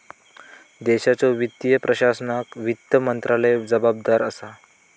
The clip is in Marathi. देशाच्यो वित्तीय प्रशासनाक वित्त मंत्रालय जबाबदार असा